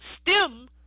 stem